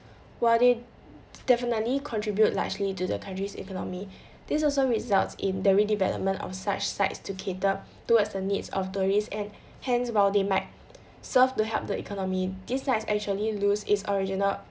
while they definitely contribute largely to the country's economy this also results in the redevelopment of such sites to cater towards the needs of tourists and hence while they might serve to help the economy these sites actually lose its original